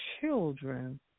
children